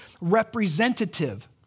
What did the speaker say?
representative